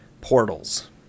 portals